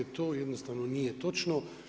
To jednostavno nije točno.